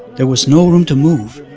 there was no room to move.